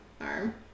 arm